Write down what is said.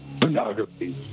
Pornography